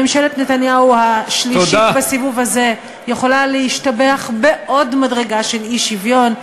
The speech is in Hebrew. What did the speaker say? ממשלת נתניהו השלישית בסיבוב הזה יכולה להשתבח בעוד מדרגה של אי-שוויון,